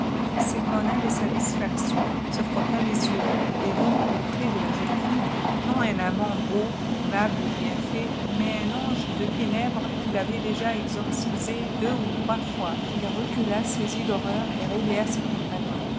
il s'étonna de sa distraction se frotta les yeux et vit auprès de la jeune fille s non un amant beau aimable bien fait nais un ange de ténèbres qu'il avait déjà exorcisé deux ou trois fois ïl refcula saisi d'horreur et réveilla ses compagnons